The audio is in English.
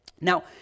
now